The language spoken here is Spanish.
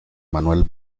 manuel